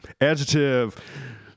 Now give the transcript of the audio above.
Adjective